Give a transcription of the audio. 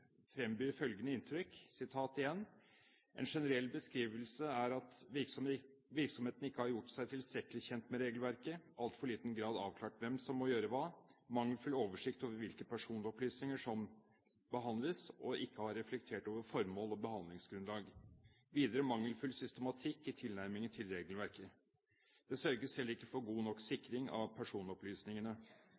frembyr følgende inntrykk: En generell beskrivelse er at virksomheten ikke har gjort seg tilstrekkelig kjent med regelverket, i altfor liten grad har avklart hvem som må gjøre hva, har mangelfull oversikt over hvilke personopplysninger som behandles, og har ikke reflektert over formål og behandlingsgrunnlag. Videre har de mangelfull systematikk i tilnærmingen til regelverket. Det sørges heller ikke for god nok sikring av personopplysningene,